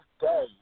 day